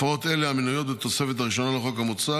הפרות אלה המנויות בתוספת הראשונה לחוק המוצע